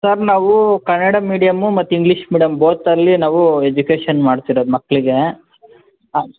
sir ನಾವು Kannada medium ಮತ್ತು English medium ಬೋಥಲ್ಲಿ ನಾವು ಎಜುಕೇಷನ್ ಮಾಡ್ತಿರೋದು ಮಕ್ಕಳಿಗೆ